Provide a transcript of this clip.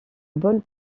bonne